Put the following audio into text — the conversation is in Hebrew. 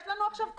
יש לנו עכשיו כוח.